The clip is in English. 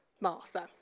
Martha